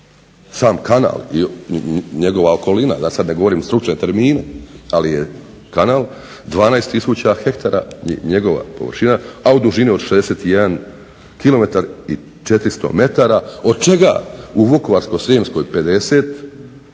sam kanal i njegova okolina da sad ne govorim stručne termine, ali je kanal 12 tisuća hektara njegova površina, a u dužini od 61 km i 400 metara od čega u Vukovarsko-srijemskoj 50 km,